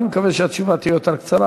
אני מקווה שהתשובה תהיה יותר קצרה,